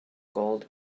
gold